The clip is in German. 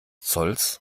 zolls